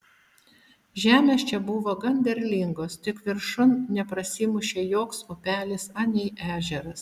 žemės čia buvo gan derlingos tik viršun neprasimušė joks upelis anei ežeras